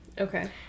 Okay